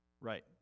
Right